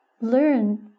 learn